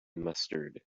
mustard